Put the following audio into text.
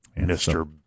Mr